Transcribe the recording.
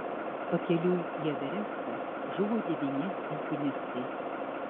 pakeliui į everestą žuvo devyni alpinistai